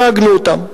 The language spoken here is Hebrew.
הרגנו אותם,